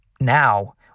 Now